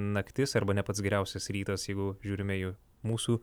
naktis arba ne pats geriausias rytas jeigu žiūrime į mūsų